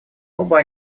оба